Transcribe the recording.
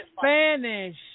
Spanish